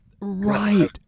Right